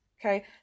Okay